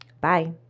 Bye